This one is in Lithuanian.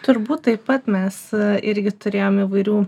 turbūt taip pat mes irgi turėjom įvairių